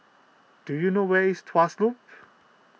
do you know where is Tuas Loop